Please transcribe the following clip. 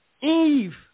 Eve